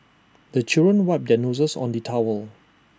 the children wipe their noses on the towel